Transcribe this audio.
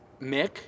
mick